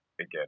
again